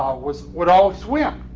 was what all swim.